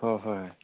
হয় হয়